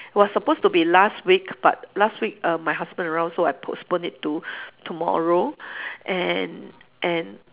was supposed to be last week but last week uh my husband around so I postpone it to tomorrow and and